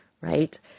right